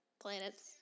planets